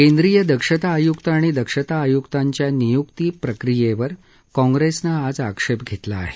केंद्रीय दक्षता आयुक्त आणि दक्षता आयुक्तांच्या नियुक्ती प्रक्रियेवर काँग्रेसनं आज आक्षेप घेतला आहे